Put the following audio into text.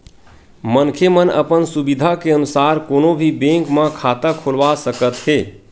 मनखे मन अपन सुबिधा के अनुसार कोनो भी बेंक म खाता खोलवा सकत हे